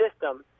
system